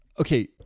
Okay